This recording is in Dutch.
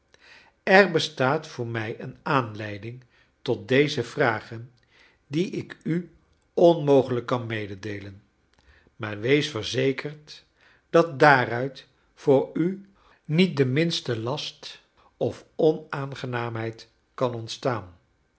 er bestaat voor mij een aanleiding tot deze vragen die ik u onmogeiijk kan meedeelen maar wees verzekerd dat daaruit voor u niet den minsten last of onaangenaamheid kan ontstaan